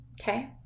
Okay